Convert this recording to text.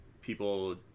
people